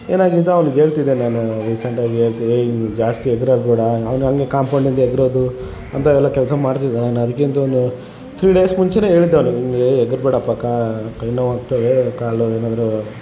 ಏನಾಗಿದೆ ಅವ್ನಿಗೆ ಹೇಳ್ತಿದ್ದೆ ನಾನು ರೀಸೆಂಟಾಗಿ ಹೇಳ್ತಿದ್ದೆ ಏಯ್ ನಿ ಜಾಸ್ತಿ ಎಗರಾಡ್ಬೇಡ ಅವನು ಹಂಗೆ ಕಾಂಪೌಂಡಿಂದ ಎಗರೋದು ಅಂತೇಳಿ ಎಲ್ಲ ಕೆಲಸ ಮಾಡ್ತಿದ್ದ ನಾನು ಅದ್ಕಿಂತ ಒಂದು ತ್ರೀ ಡೇಸ್ ಮುಂಚೆನೇ ಹೇಳಿದ್ದೆ ಅವನಿಗೆ ಹಿಂಗೆ ಎಗ್ರ ಬೇಡಪ್ಪ ಕಾ ಕೈ ನೋವಾಗುತ್ತೆ ಎ ಕಾಲು ಏನಾದರು